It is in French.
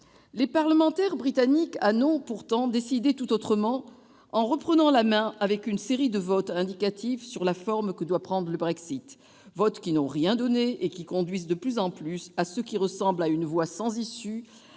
Les parlementaires britanniques en ont, pourtant, décidé tout autrement en reprenant la main avec une série de votes indicatifs sur la forme que doit prendre le Brexit, votes qui n'ont rien donné et qui conduisent de plus en plus à ce qui ressemble à une voie sans issue,